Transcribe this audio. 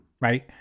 Right